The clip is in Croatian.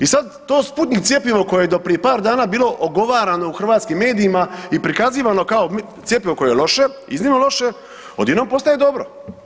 I sad to Sputnjik cjepivo koje je do prije par dana bilo ogovarano u hrvatskim medijima i prikazivano kao cjepivo koje je loše, iznimno loše, odjednom postaje dobro.